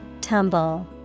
Tumble